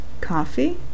Coffee